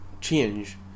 change